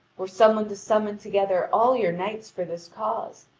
were some one to summon together all your knights for this cause,